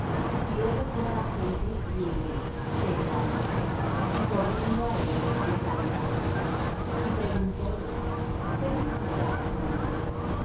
y luego toda la gente viéndole se espantó y corriendo á él le saludaron y preguntóles qué disputáis con ellos